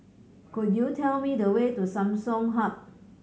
could you tell me the way to Samsung Hub